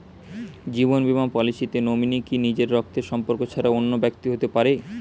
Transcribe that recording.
জীবন বীমা পলিসিতে নমিনি কি নিজের রক্তের সম্পর্ক ছাড়া অন্য ব্যক্তি হতে পারে?